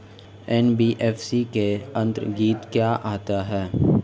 NBFC के अंतर्गत क्या आता है?